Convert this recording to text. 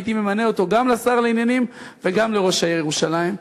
הייתי ממנה אותו גם לשר לענייני ירושלים וגם לראש העיר ירושלים.